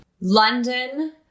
London